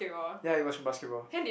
ya it was basketball